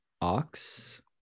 ox